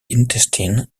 intestine